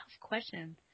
question